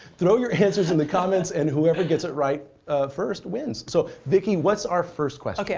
throw your answers in the comments, and whoever gets it right first, wins. so vicki, what's our first question? yeah